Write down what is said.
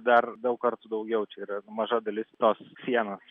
dar daug kartų daugiau čia yra maža dalis tos sienos